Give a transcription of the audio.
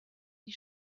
die